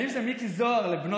האם זה מיקי זוהר לבנו,